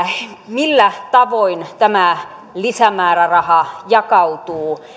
millä tavoin tämä lisämääräraha jakautuu